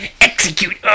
Execute